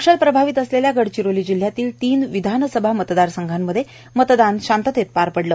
नक्षल प्रभावित असलेल्या गडचिरोली जिल्ह्यातील तीन विधानसभा मतदारसंघात मतदान शांततेत पार पडलं